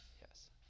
yes